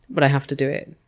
but i have to do it.